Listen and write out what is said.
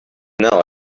now